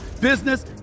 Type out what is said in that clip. business